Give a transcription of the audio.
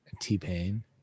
T-Pain